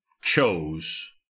chose